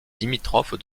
limitrophe